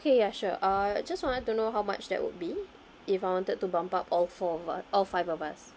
okay ya sure uh I just wanted to know how much that would be if I wanted to bump up all four of us all five of us